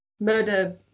murder